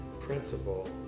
principle